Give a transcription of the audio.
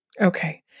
Okay